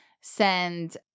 send